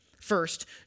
First